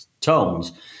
tones